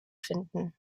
finden